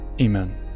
Amen